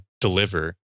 deliver